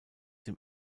dem